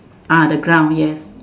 ah the ground yes